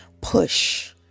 Push